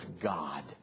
God